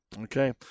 Okay